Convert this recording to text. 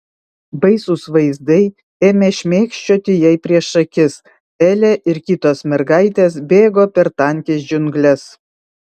baisūs vaizdai ėmė šmėkščioti jai prieš akis elė ir kitos mergaitės bėgo per tankias džiungles